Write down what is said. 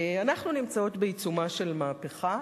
אנחנו נמצאות בעיצומה של מהפכה.